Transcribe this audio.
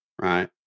right